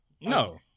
No